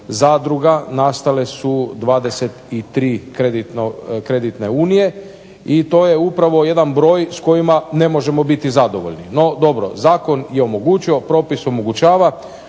zadruga nastale su 23 kreditne unije i to je upravo jedan broj s kojima ne možemo biti zadovoljni. NO dobro, zakon je omogućio propis omogućava.